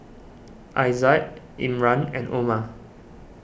Aizat Imran and Omar